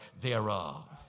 thereof